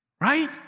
Right